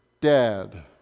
dead